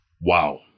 Wow